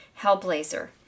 Hellblazer